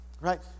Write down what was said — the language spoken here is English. right